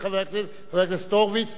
חבר הכנסת הורוביץ,